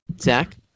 Zach